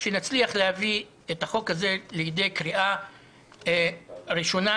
שנצליח להביא את החוק הזה לידי קריאה ראשונה,